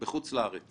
בחוץ לארץ